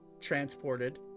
transported